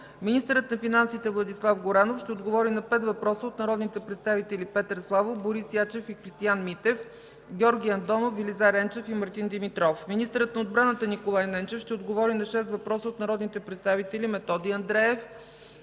Министърът на финансите Владислав Горанов ще отговори на пет въпроса от народните представители Петър Славов, Борис Ячев и Христиан Митев, Георги Андонов, Велизар Енчев, и Мартин Димитров. 5. Министърът на отбраната Николай Ненчев ще отговори на шест въпроса от народните представители Методи Андреев,